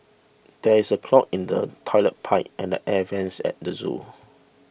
there is a clog in the Toilet Pipe and the Air Vents at the zoo